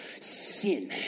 sin